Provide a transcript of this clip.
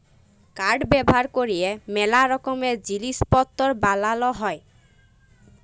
কাঠ ব্যাভার ক্যরে ম্যালা রকমের জিলিস পত্তর বালাল হ্যয়